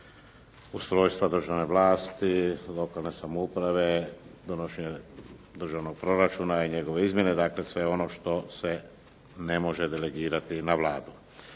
ustrojstva državne vlasti, lokalne samouprave, donošenja državnog proračuna i njegove izmjene, dakle sve ono što se ne može delegirati na Vladu.